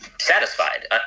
satisfied